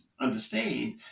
understand